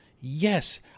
Yes